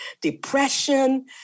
depression